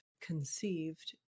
conceived